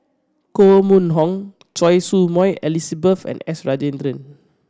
Koh Mun Hong Choy Su Moi Elizabeth and S Rajendran